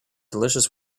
delicious